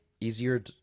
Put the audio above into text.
easier